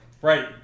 Right